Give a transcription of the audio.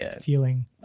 feeling